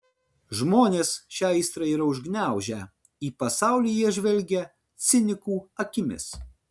žmonės šią aistrą yra užgniaužę į pasaulį jie žvelgia cinikų akimis